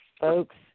folks